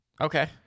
Okay